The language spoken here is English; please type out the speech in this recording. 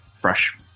fresh